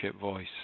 voice